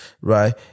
right